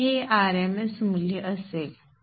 तर हे RMS मूल्य असेल